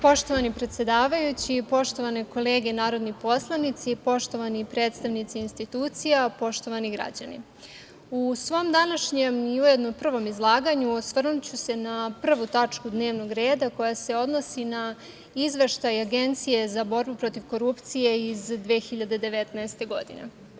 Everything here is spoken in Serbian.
Poštovani predsedavajući, poštovane kolege narodni poslanici, poštovani predstavnici institucija, poštovani građani, u svom današnjem i ujedno prvom izlaganju osvrnuću se na prvu tačku dnevnog reda koja se odnosi na izveštaj Agencije za borbu protiv korupcije iz 2019. godine.